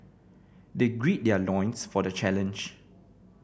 they gird their loins for the challenge